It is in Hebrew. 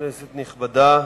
כנסת נכבדה,